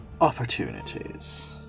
opportunities